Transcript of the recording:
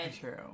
True